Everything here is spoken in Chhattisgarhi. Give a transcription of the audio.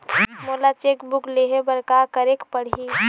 मोला चेक बुक लेहे बर का केरेक पढ़ही?